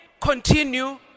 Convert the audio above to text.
continue